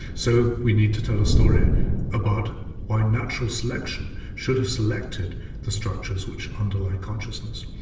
so we need to tell a story about why natural selection should have selected the structures which underlie consciousness.